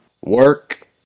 work